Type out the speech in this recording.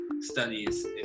studies